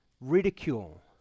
ridicule